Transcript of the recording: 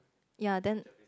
ya then